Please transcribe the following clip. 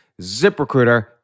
ZipRecruiter